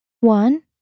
One